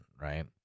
right